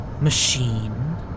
Machine